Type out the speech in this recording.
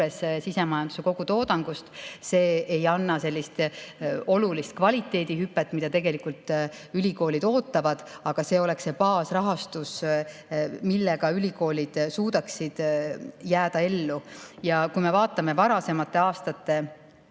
sisemajanduse kogutoodangust. See ei anna sellist olulist kvaliteedihüpet, mida tegelikult ülikoolid ootavad, aga see oleks baasrahastus, millega ülikoolid suudaksid ellu jääda. Kui me vaatame varasemate aastate